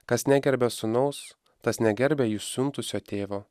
kas negerbia sūnaus tas negerbia jį siuntusio tėvo